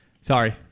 Sorry